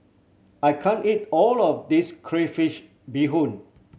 I can't eat all of this crayfish beehoon